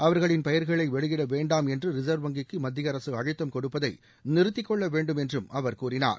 அவர்களின் பெயர்களை வெளியிட வேண்டாம் என்று ரிசர்வ் வங்கிக்கு மத்திய அரசு அழுத்தம் கொடுப்பதை நிறுத்திக் கொள்ள வேண்டும் என்றும் அவர் கூறினார்